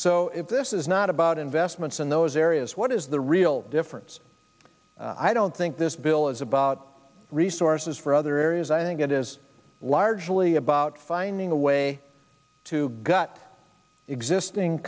so this is not about investments in those areas what is the real difference i don't think this bill is about resources for other areas i think it is largely about finding a way to gut existing